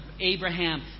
Abraham